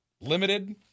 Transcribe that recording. limited